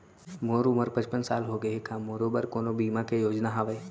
मोर उमर पचपन साल होगे हे, का मोरो बर कोनो बीमा के योजना हावे?